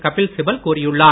கபில்சிபல் கூறியுள்ளார்